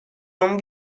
non